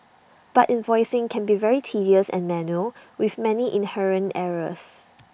but invoicing can be very tedious and manual with many inherent errors